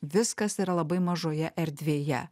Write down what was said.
viskas yra labai mažoje erdvėje